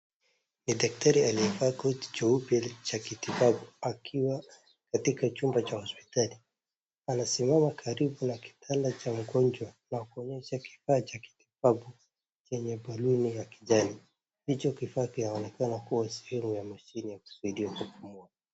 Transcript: Ni daktari aliyevaa koti jeupe cha kitibabu akiwa katika chumba cha hsopitali. Anasimama karibu na kitanda cha mgonjwa na kuonyesha kifaa cha kitibabu chenye ballon ya kijani. Hicho kifaa kinaonekana kuwa sehemu ya mashine ya kusaidia kupumua.